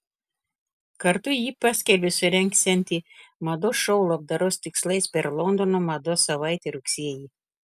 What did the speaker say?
kartu ji paskelbė surengsianti mados šou labdaros tikslais per londono mados savaitę rugsėjį